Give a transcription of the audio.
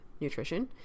Nutrition